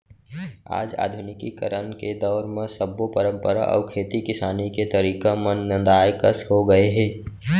आज आधुनिकीकरन के दौर म सब्बो परंपरा अउ खेती किसानी के तरीका मन नंदाए कस हो गए हे